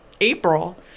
april